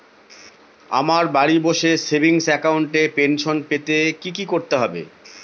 আমায় বাড়ি বসে সেভিংস অ্যাকাউন্টে পেনশন পেতে কি কি করতে হবে?